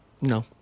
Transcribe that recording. no